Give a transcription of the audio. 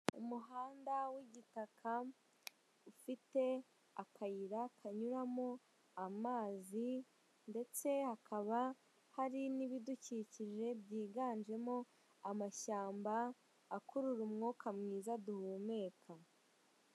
Umuhanda w'igitaka ufite akayira kanyuramo amazi ndetse hakaba hari n'ibidukikije byiganjemo amashyamba akurura umwuka mwiza duhumeka.